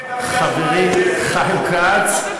חברי חיים כץ.